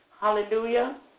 Hallelujah